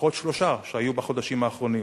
לפחות שלושה שהיו בחודשים האחרונים,